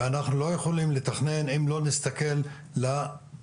ואנחנו לא יכולים לתכנן אם לא נסתכל לעתיד.